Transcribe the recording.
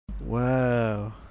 Wow